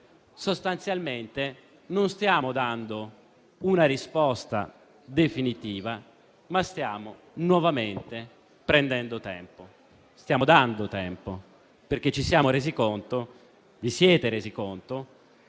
Sostanzialmente non stiamo dando una risposta definitiva, ma stiamo nuovamente prendendo tempo. Stiamo dando tempo, perché ci siamo resi conto (vi siete resi conto)